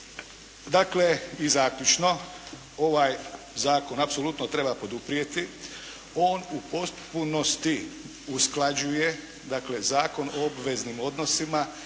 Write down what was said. Dakle, i zaključno, ovaj zakon apsolutno treba poduprijeti. On u potpunosti usklađuje Zakon o obveznim odnosima